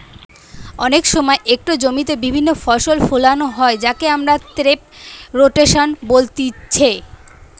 অনেক সময় একটো জমিতে বিভিন্ন ফসল ফোলানো হয় যাকে আমরা ক্রপ রোটেশন বলতিছে